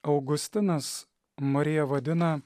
augustinas mariją vadina